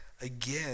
again